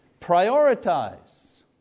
prioritize